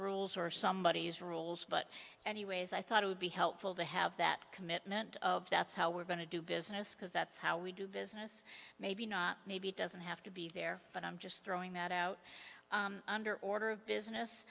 rules or somebodies rules but anyways i thought it would be helpful to have that commitment of that's how we're going to do business because that's how we do business maybe not maybe doesn't have to be there but i'm just throwing that out under order of business